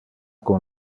con